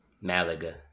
Malaga